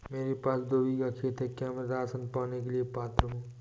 मेरे पास दो बीघा खेत है क्या मैं राशन पाने के लिए पात्र हूँ?